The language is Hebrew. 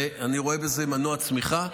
ואני רואה בזה מנוע צמיחה.